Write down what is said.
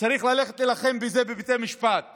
צריך ללכת להילחם בזה בבתי משפט